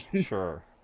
sure